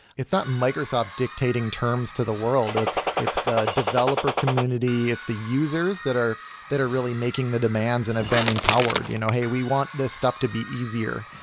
it's not microsoft dictating terms to the world. it's it's the developer community. it's the users that are that are really making the demands and have been empowered, you know hey, we want this stuff to be easier,